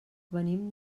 venim